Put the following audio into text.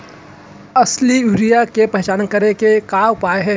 असली यूरिया के पहचान करे के का उपाय हे?